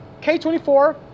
K24